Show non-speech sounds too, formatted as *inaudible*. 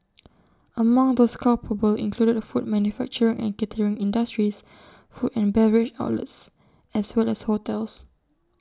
*noise* among those culpable included food manufacturing and catering industries food and beverage outlets as well as hotels